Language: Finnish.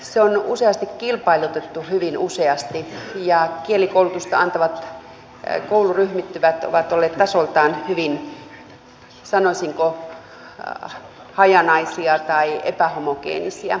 se on usein kilpailutettu hyvin useasti ja kielikoulutusta antavat kouluryhmittymät ovat olleet tasoltaan hyvin sanoisinko hajanaisia tai epähomogeenisiä